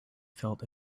felt